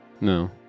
No